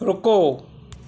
ਰੁਕੋ